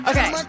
Okay